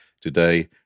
today